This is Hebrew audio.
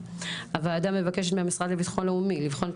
הוועדה מבקשת מהמשרד לביטחון לאומי לבחון את